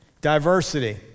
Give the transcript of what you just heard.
Diversity